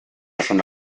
zona